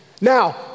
Now